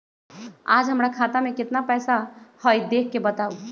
आज हमरा खाता में केतना पैसा हई देख के बताउ?